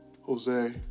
Jose